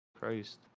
Christ